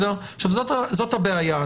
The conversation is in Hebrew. זו הבעיה.